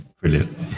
brilliant